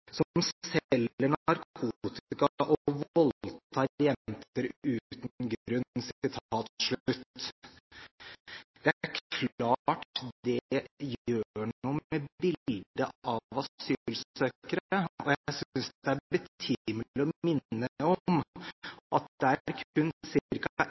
narkotika og voldtar jenter uten grunn». Det er klart det gjør noe med bildet av asylsøkere, og jeg synes det er betimelig å minne om